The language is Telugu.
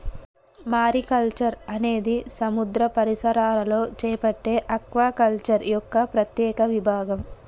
మారికల్చర్ అనేది సముద్ర పరిసరాలలో చేపట్టే ఆక్వాకల్చర్ యొక్క ప్రత్యేక విభాగం